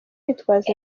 yitwaza